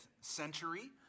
century